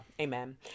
Amen